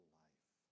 life